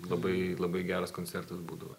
labai labai geras koncertas būdavo